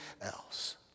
else